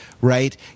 right